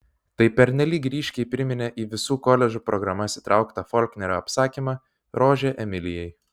tai pernelyg ryškiai priminė į visų koledžų programas įtrauktą folknerio apsakymą rožė emilijai